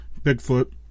Bigfoot